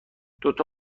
دوتا